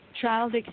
child